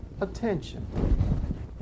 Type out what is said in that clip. attention